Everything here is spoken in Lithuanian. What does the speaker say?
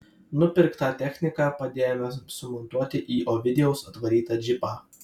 nupirktą techniką padėjome sumontuoti į ovidijaus atvarytą džipą